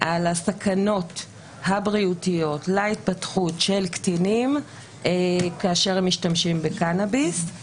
על הסכנות הבריאותיות להתפתחות של קטינים כאשר הם משתמשים בקנאביס.